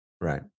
Right